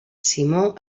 simó